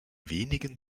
wenigen